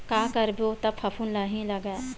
का करबो त फफूंद नहीं लगय?